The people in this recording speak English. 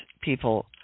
people